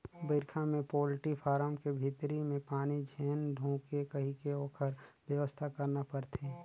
बइरखा में poultry farm के भीतरी में पानी झेन ढुंके कहिके ओखर बेवस्था करना परथे